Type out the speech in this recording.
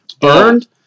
burned